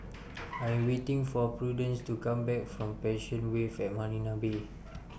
I Am waiting For Prudence to Come Back from Passion Wave At Marina Bay